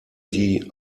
die